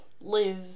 live